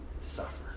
suffer